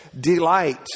delight